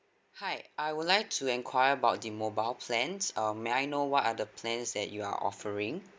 hi I would like to enquire about the mobile plans um may I know what are the plans that you are offering